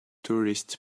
tourists